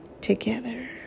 together